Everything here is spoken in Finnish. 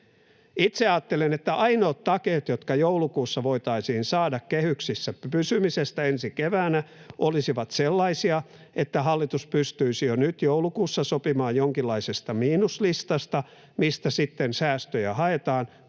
Itse ajattelen, että ainoat takeet, jotka joulukuussa voitaisiin saada kehyksissä pysymisestä ensi keväänä, olisivat sellaisia, että hallitus pystyisi jo nyt joulukuussa sopimaan jonkinlaisesta miinuslistasta, mistä sitten säästöjä haetaan,